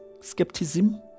skepticism